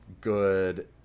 good